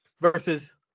versus